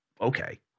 okay